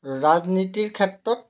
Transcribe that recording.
ৰাজনীতিৰ ক্ষেত্ৰত